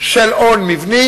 של הון מבני